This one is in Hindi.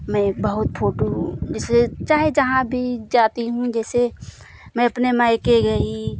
मैं बहुत फोटू जिसे चाहे जहाँ भी जाती हूँ जैसे मैं अपने माइके गई